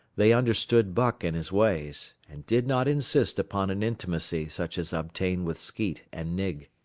they understood buck and his ways, and did not insist upon an intimacy such as obtained with skeet and nig.